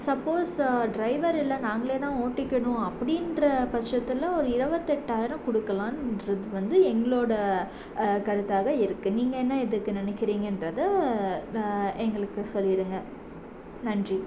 suppose driver இல்லை நாங்கள் தான் ஓட்டிக்கணும் அப்படின்ற பட்சத்தில் ஒரு இருபத்தெட்டாயிரம் கொடுக்கலான்றது வந்து எங்களோட கருத்தாக இருக்கு நீங்கள் என்ன இதுக்கு நினைக்கிறீங்கன்றத எங்களுக்கு சொல்லிவிடுங்க நன்றி